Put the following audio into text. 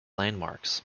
landmarks